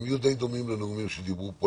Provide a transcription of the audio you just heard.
הם יהיו די דומים לנאומים שדיברו פה,